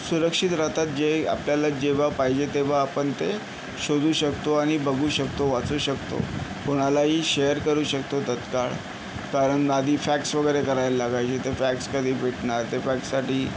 सुरक्षित राहतात जे आपल्याला जेव्हा पाहिजे तेव्हा आपण ते शोधू शकतो आणि बघू शकतो वाचू शकतो कुणालाही शेअर करू शकतो तत्काळ कारण आधी फॅक्स वगैरे करायला लागायचे ते फॅक्स कधी भेटणार ते फॅक्ससाठी